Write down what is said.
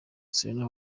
serena